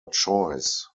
choice